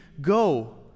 go